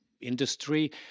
industry